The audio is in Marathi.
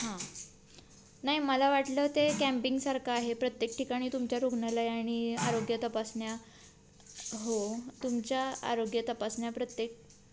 हां नाही मला वाटलं ते कॅम्पिंगसारखं आहे प्रत्येक ठिकाणी तुमच्या रुग्णालय आणि आरोग्य तपासण्या हो तुमच्या आरोग्य तपासण्या प्रत्येक